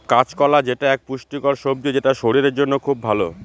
কাঁচকলা যেটা এক পুষ্টিকর সবজি সেটা শরীরের জন্য খুব ভালো